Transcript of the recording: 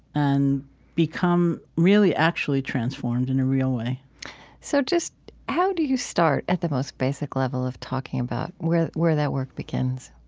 and become really actually transformed in a real way so just how do you start at the most basic level of talking about where where that work begins?